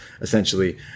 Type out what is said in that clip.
essentially